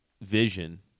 vision